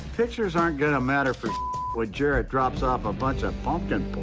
pictures aren't gonna matter for when jarrett drops off a bunch of pumpkin